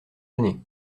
années